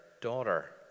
Daughter